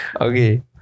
Okay